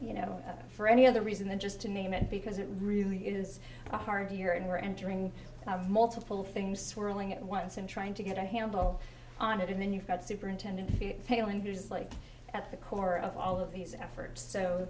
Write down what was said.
you know for any other reason than just to name it because it really is a hard year and we're entering multiple things swirling at once and trying to get a handle on it and then you've got superintendent tailenders like at the core of all of these effort so